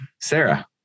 Sarah